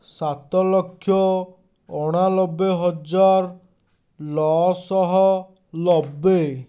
ସାତଲକ୍ଷ ଅଣାନବେ ହଜାର ନଅଶହ ନବେ